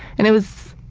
and it was,